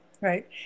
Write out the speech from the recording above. right